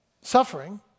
suffering